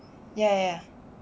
ya ya